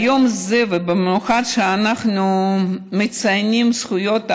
ביום זה במיוחד, כשאנחנו מציינים את זכויות האדם,